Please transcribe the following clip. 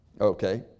Okay